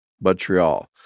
Montreal